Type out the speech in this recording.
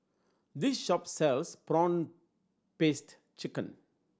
this shop sells prawn paste chicken